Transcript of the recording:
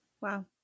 Wow